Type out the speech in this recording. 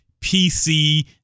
PC